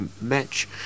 match